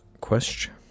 question